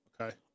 Okay